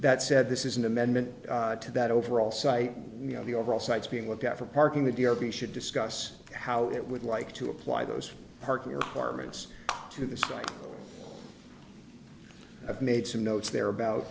that said this is an amendment to that overall site you know the overall sites being looked at for parking the d o b should discuss how it would like to apply those parking or harman's to the site of made some notes there about